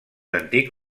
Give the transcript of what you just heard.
antic